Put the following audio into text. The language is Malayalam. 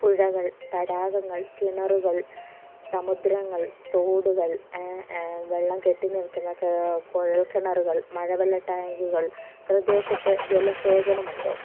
പുഴകൾ തടാകങ്ങൾ കിണറുകൾ സമുദ്രങ്ങൾ തോടുകൾ വെള്ളം കെട്ടിനിൽക്കുന്ന കുഴൽക്കിണറുകൾ മഴവെള്ള ടാങ്കുകൾ പ്രദേശത്ത് ജലസേചനമുണ്ടോ